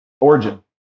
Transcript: Origin